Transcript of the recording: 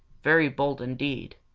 very bold indeed.